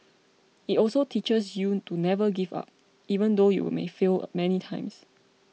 it also teaches you to never give up even though you may fail many times